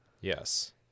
Yes